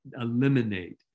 eliminate